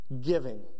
giving